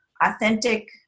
authentic